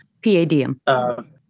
P-A-D-M